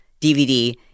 DVD